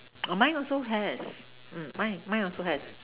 oh mine also has mm mine mine also has